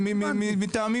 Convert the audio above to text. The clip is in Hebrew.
אוקיי,